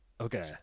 Okay